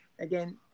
again